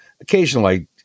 Occasionally